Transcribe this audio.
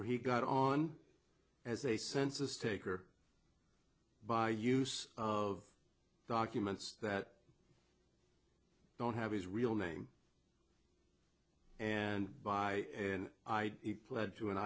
or he got on as a census taker by use of documents that don't have his real name and by id pled to an